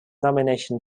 nomination